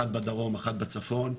אחת בדרום אחת בצפון,